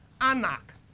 Anak